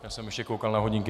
Já jsem ještě koukal na hodinky.